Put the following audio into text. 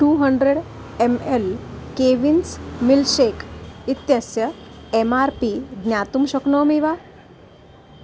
two hundred M L Cavin's milkshake इत्यस्य M R P ज्ञातुं शक्नोमि वा